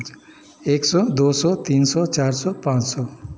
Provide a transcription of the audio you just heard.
एक सौ दो सौ तीन सौ चार सौ पाँच सौ